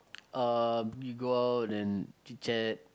you go out and chit-chat